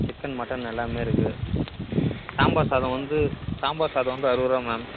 chicken mutton எல்லாமே இருக்குது சாம்பார் சாதம் வந்து சாம்பார் சாதம் வந்து அறுபது ருபா மேம்